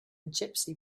gypsy